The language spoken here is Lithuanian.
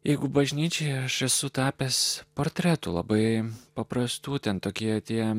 jeigu bažnyčiai aš esu tapęs portretų labai paprastų ten tokie tie